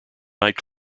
night